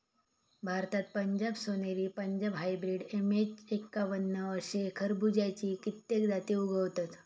भारतात पंजाब सोनेरी, Punjab hybrid, MH एक्कावन्न अशे खरबुज्याची कित्येक जाती उगवतत